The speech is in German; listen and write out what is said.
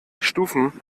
stufen